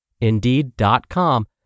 Indeed.com